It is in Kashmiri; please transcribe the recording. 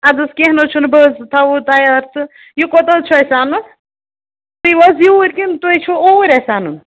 اَدٕ حظ کیٚنٛہہ نہٕ حظ چھُنہٕ بہٕ حظ تھاہو تَیار تہٕ یہِ کوٚت حظ چھُ اَسہِ اَنُن تُہۍ ییوٕ حظ یوٗرۍ کِنہٕ تۄہہِ چھُو اوٗرۍ اَسہِ اَنُن